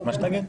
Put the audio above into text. מה שתגיד.